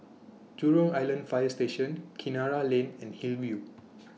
Jurong Island Fire Station Kinara Lane and Hillview